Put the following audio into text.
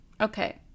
Okay